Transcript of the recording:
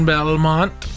Belmont